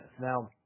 now